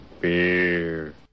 Beer